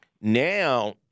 Now